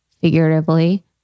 figuratively